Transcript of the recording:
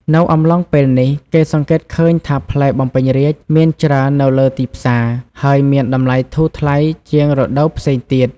នៅអំឡុងពេលនេះ គេសង្កេតឃើញថាផ្លែបំពេញរាជ្យមានច្រើននៅលើទីផ្សារ ហើយមានតម្លៃធូរថ្លៃជាងរដូវផ្សេងទៀត។